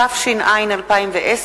התש"ע 2010,